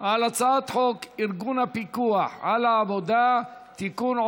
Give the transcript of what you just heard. על הצעת חוק ארגון הפיקוח על העבודה (תיקון,